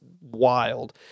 wild